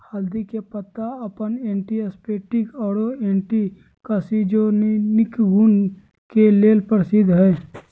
हल्दी के पत्ता अपन एंटीसेप्टिक आरो एंटी कार्सिनोजेनिक गुण के लेल प्रसिद्ध हई